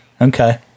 Okay